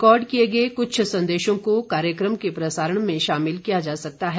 record किए गए कुछ संदेशों को कार्यक्रम के प्रसारण में शामिल किया जा सकता है